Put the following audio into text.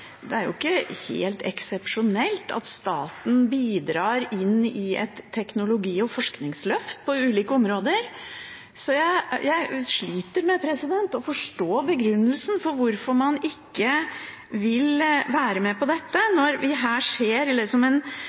Det er jo ikke helt eksepsjonelt at staten bidrar i et teknologi- og forskningsløft på ulike områder, så jeg sliter med å forstå begrunnelsen for hvorfor man ikke vil være med på dette, når vi her ser en